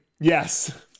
yes